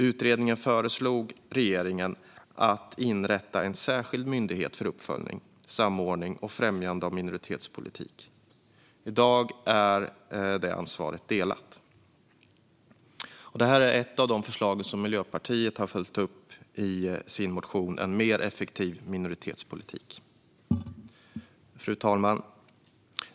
Utredningen föreslog regeringen att inrätta en särskild myndighet för uppföljning, samordning och främjande av minoritetspolitiken. I dag är det ansvaret delat. Detta är ett av de förslag som Miljöpartiet har följt upp i sin motion En mer effektiv minoritetspolitik. Fru talman!